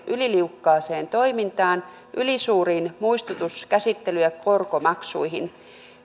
yliliukkaaseen toimintaan ylisuuriin muistutus käsittely ja korkomaksuihin